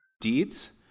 deeds